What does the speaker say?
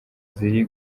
ziri